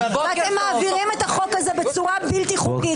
ואתם מעבירים את החוק הזה בצורה בלתי חוקית.